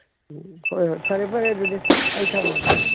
ꯎꯝ ꯍꯣꯏ ꯍꯣꯏ ꯐꯔꯦ ꯐꯔꯦ ꯑꯗꯨꯗꯤ ꯑꯩ ꯊꯝꯃꯒꯦ